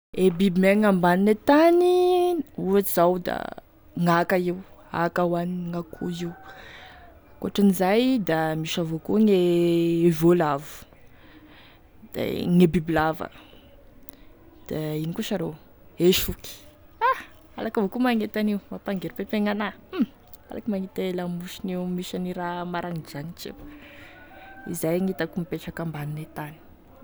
E biby miaigny ambanine tany ohatry zao da gn'aka io, aka hohanign'akoho io, ankoatran'izay da misy avao koa gne voalavo, da gne bibilava, da ino koa sa rô, e soky ah alako avao koa gne magnenty an'io, mangeripepegny anah hum alako e mahita e lamosin'io misy gne raha maranindranitra io, izay gn'itako mipetraky ambanine tany.